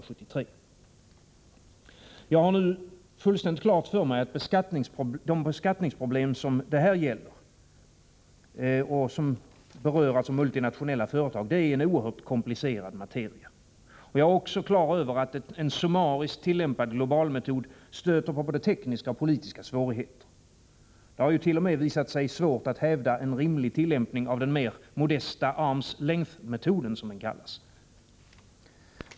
Jag har fullständigt klart för mig att beskattningsproblemen när det gäller multinationella företag är en oerhört komplicerad materia. Jag är också klar över att en summariskt tillämpad globalmetod stöter på både tekniska och politiska svårigheter. Det har ju t.o.m. visat sig svårt att hävda en rimlig tillämpning av den mer modesta s.k. arm's-length-metoden.